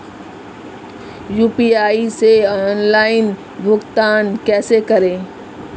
UPI से online भुगतान कैसे करें?